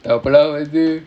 அப்பனா வந்து:appanaa vanthu